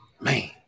Man